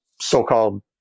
so-called